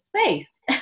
space